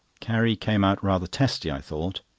carrie came out rather testy, i thought.